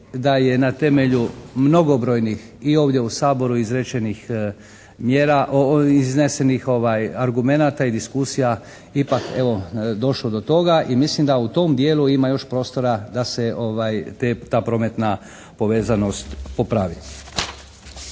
da je na temelju mnogobrojnih i ovdje u Saboru izrečenih mjera, iznesenih argumenata i diskusija ipak evo došlo do toga i mislim da u tom dijelu ima još prostora da se te, ta prometna povezanost popravi.